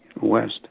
west